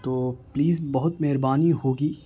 تو پلیز بہت مہربانی ہوگی